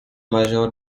major